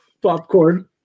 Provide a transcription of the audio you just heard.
popcorn